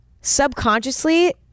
subconsciously